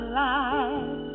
life